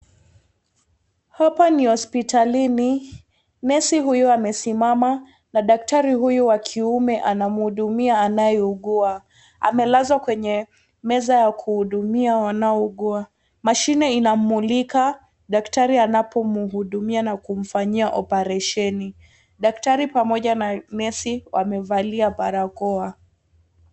Hapa ni hospitalini, nesi huyo amesimama na daktari huyu wa kiume anamhudumia anayeugua. Amelazwa kwenye meza ya kuhudumia wanaougua. Mashine inamumlika daktari anapomhudumia na kumfanyia operesheni. Daktari pamoja na nesi wamevalia barakoa.